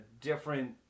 different